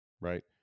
right